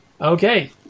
Okay